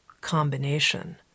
combination